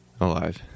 Alive